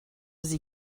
sie